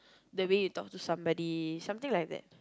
the way you talk to somebody something like that